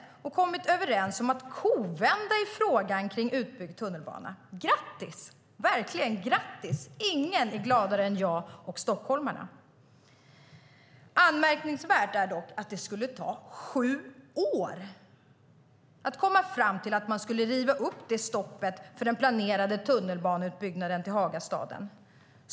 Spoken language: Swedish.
Man har kommit överens om att kovända i frågan om utbyggd tunnelbana. Grattis - verkligen grattis! Ingen är gladare än jag och stockholmarna. Anmärkningsvärt är dock att det skulle ta sju år att komma fram till att man skulle riva upp stoppet för den planerade tunnelbaneutbyggnaden till Hagastaden.